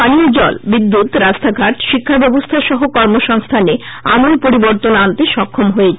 পানীয় জল বিদ্যুত রাস্তাঘাট শিক্ষা ব্যবস্থা সহ কর্মসংস্থানে আমল পরিবর্তন আনতে সফ্ফম হয়েছে